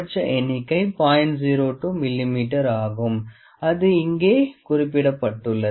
02 மிமீ ஆகும் அது அங்கே குறிப்பிடப்பட்டுள்ளது